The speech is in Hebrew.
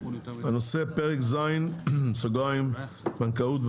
הנושא פרק ז' (בנקאות),